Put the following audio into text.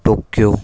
Tokyo